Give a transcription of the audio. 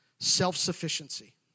Self-sufficiency